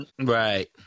Right